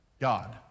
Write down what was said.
God